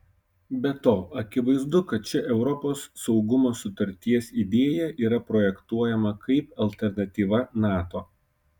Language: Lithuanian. be to akivaizdu kad ši europos saugumo sutarties idėja yra projektuojama kaip alternatyva nato